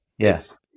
Yes